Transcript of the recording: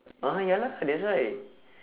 ah ya lah that's why